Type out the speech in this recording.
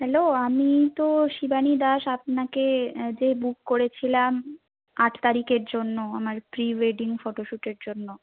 hello আমি তো শিবানী দাস আপনাকে যে বুক করেছিলাম আট তারিখের জন্য আমার প্রি ওয়েডিং ফটোশুটের জন্য